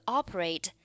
operate